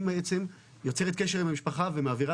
היא בעצם יוצרת קשר עם המשפחה ומעבירה